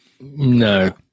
No